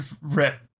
Rip